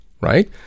right